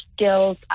skills